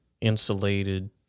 insulated